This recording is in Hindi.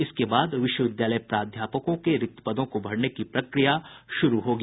इसके बाद विश्वविद्यालय प्राध्यापकों के रिक्त पदों के भरने की प्रक्रिया शुरू होगी